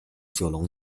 九龙